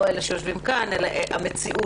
לא אלה שיושבים כאן אלא המציאות.